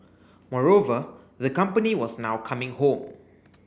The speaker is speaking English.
moreover the company was now coming home